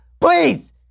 please